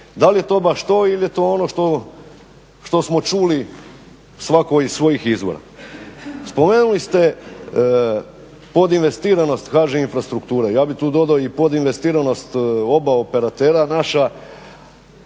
da li je to baš to ili je to ono što smo čuli svatko iz svojih izvora. Spomenuli ste podinvestiranost HŽ infrastrukture. Ja bih tu dodao i podinvestiranost oba operatera naša